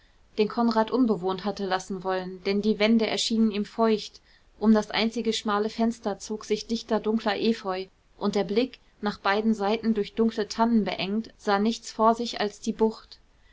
den konrad unbewohnt hatte lassen wollen denn die wände erschienen ihm feucht um das einzige schmale fenster zog sich dichter dunkler efeu und der blick nach beiden seiten durch dunkle tannen beengt sah nichts vor sich als die bucht